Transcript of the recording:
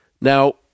Now